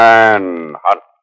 Manhunt